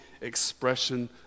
expression